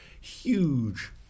huge